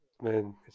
Man